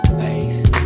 face